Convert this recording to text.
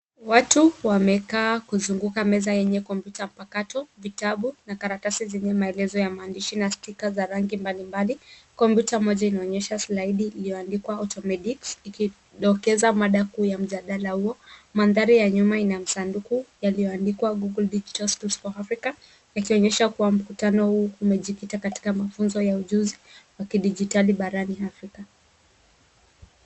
Watu wamekaa kuzunguka meza yenye kompyuta mpakato, vitabu na karatasi zenye maelezo ya maandishi na sticker za rangi mbalimbali. Kompyuta moja inaonyesha slaidi iliyoandikwa automedics , ikidokeza mada kuu ya mjadala huo. Mandhari ya nyuma ina masanduku yaliyoandikwa google digitals skills for africa yakionyesha kuwa mkutano huu umejikita katika mafunzo ya ujuzi wa kidigitari barani afrika.